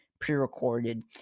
pre-recorded